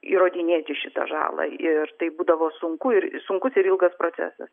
įrodinėti šitą žalą ir tai būdavo sunku ir sunkus ir ilgas procesas